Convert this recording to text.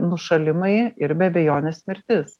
nušalimai ir be abejonės mirtis